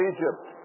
Egypt